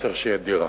צריך שתהיה דירה.